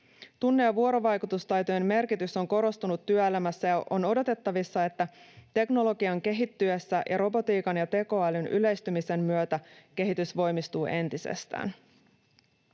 Tunne‑ ja vuorovaikutustaitojen merkitys on korostunut työelämässä, ja on odotettavissa, että teknologian kehittyessä ja robotiikan ja tekoälyn yleistymisen myötä kehitys voimistuu entisestään.